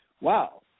Wow